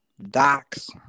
Doc's